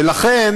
ולכן